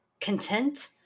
content